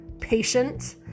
patient